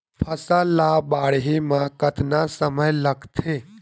फसल ला बाढ़े मा कतना समय लगथे?